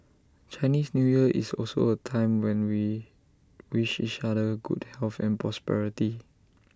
Chinese New Year is also A time when we wish each other good health and prosperity